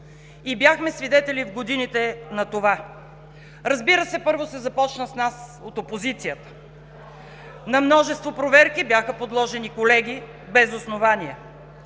Бяхме свидетели на това в годините. Разбира се, първо, се започна с нас от опозицията. На множество проверки бяха подложени колеги без основание.